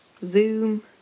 zoom